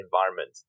environment